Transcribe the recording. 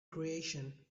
creation